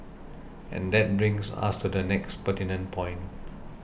and that brings us to the next pertinent point